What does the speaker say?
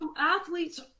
Athletes